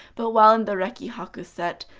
but while in the rekihaku set,